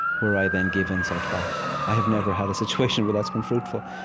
where i then give insult back. i have never had a situation where that's been fruitful,